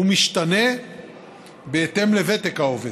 המשתנה בהתאם לוותק העובד.